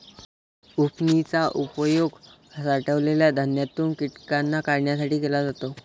उफणनी चा उपयोग साठवलेल्या धान्यातून कीटकांना काढण्यासाठी केला जातो